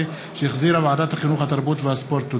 תודה.